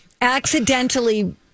accidentally